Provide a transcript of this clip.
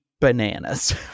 bananas